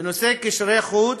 בנושא קשרי חוץ,